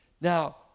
Now